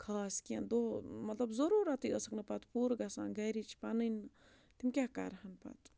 خاص کینٛہہ دۄہ مطلب ضٔروٗرَتٕے ٲسٕکھ نہٕ پَتہٕ پوٗرٕ گژھان گَرِچ پَنٕنۍ تِم کیٛاہ کَرٕہن پَتہٕ